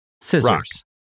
scissors